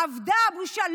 אבדה הבושה.